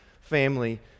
family